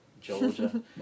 Georgia